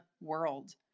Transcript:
world